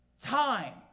time